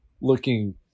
looking